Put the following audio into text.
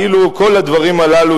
כאילו כל הדברים הללו,